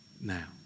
now